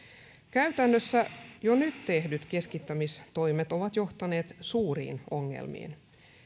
käytännössä jo nyt tehdyt keskittämistoimet ovat johtaneet suuriin ongelmiin